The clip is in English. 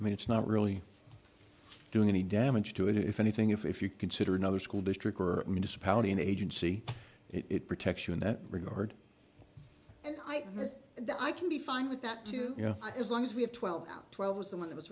i mean it's not really doing any damage to it if anything if you consider another school district or municipality an agency it protects you in that regard and i was the i can be fine with that too you know as long as we have twelve twelve was the one that was